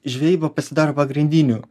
žvejyba pasidaro pagrindiniu